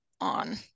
on